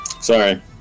sorry